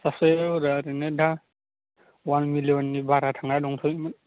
साबस्क्राइबारफोरा ओरैनो दा अवान मिलियननि बारा थांना दंथ'योमोन